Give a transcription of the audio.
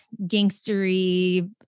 gangstery